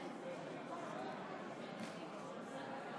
אגב, אני רוצה להודיע שהממשלה שינתה את